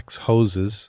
hoses